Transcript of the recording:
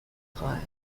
خواهد